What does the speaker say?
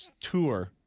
Tour